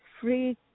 free